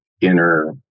inner